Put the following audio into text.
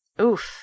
oof